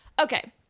Okay